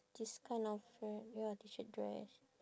this kind of shirt ya T shirt dress